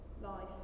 life